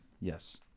Yes